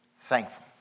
Thankful